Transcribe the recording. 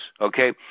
okay